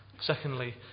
Secondly